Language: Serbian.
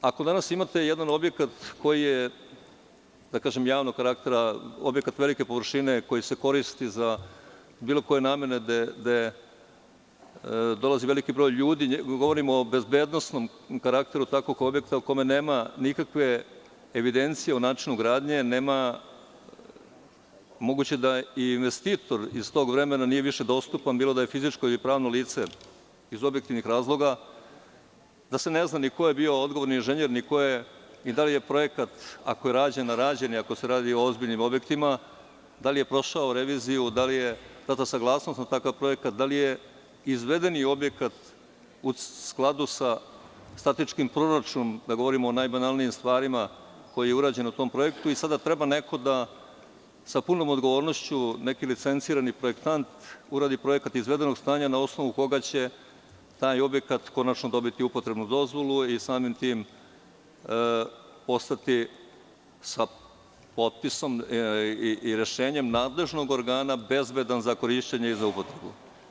Ako danas imate jedan objekat koji je javnog karaktera, objekat velike površine, koji se koristi za bilo koje namene, gde dolazi veliki broj ljudi, govorim o bezbednosnom karakteru takvog objekta o kome nema nikakve evidencije o načinu gradnje, moguće je da i investitor iz tog vremena nije više dostupan, bilo da je fizičko ili pravno lice, iz objektivnih razloga, da se ne zna ni ko je bio odgovorni inženjer, ni da li je projekat, ako je rađen, a rađen je ako se radi o ozbiljnim objektima, da li je prošao reviziju, da li je data saglasnost na takav projekat, da li je izvedeni objekat u skladu sa statičkim proračunom, govorimo najbanalnijim stvarima, koji je urađen u tom projektu, i sada treba neko sa punom odgovornošću, neki licencirani projektant, da uradi projekat izvedenog stanja na osnovu koga će taj objekat konačno dobiti upotrebnu dozvolu i samim tim postati, sa potpisom i rešenjem nadležnog organa, bezbedan za korišćenje i za upotrebu.